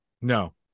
No